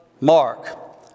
Mark